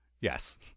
Yes